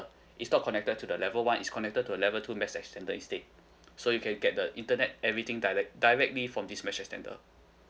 it's not connected to the level one is connected to level two mesh extender instead so you can get the internet everything direct directly from this mesh extender